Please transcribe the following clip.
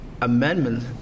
amendment